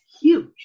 huge